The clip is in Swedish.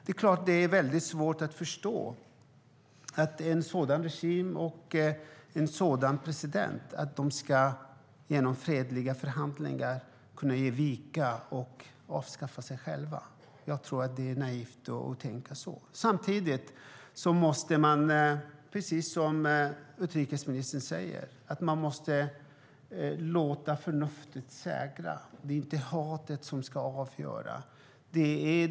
Det är klart att det är väldigt svårt att tro att en sådan regim och en sådan president genom fredliga förhandlingar ska kunna ge vika och avskaffa sig själva. Det är naivt att tänka så. Samtidigt måste man låta förnuftet segra, som utrikesministern säger. Det är inte hatet som ska avgöra.